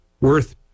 worth